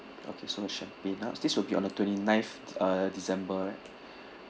okay so champagne ah this will be on the twenty-ninth uh december right